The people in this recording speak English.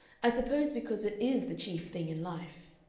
i suppose because it is the chief thing in life.